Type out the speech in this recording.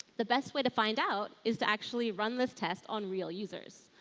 the best way to find out is to actually run this test on real users.